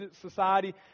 society